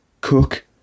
cook